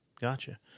Gotcha